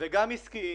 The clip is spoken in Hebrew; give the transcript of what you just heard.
וגם עסקיים,